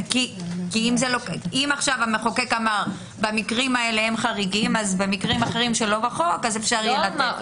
כי אם המחוקק אמר: במקרים האלה הם חריגים במקרים שלא בחוק אפשר לתת.